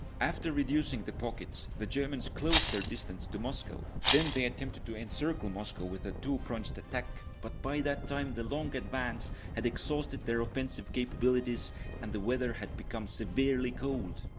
after reducing the pockets, the germans closed their distance to moscow. then they attempted to encircle moscow with a two-pronged attack, but by that time, the long advance had exhausted their offensive capabilities and the weather had become severely cold.